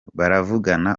baravugana